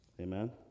amen